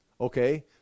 okay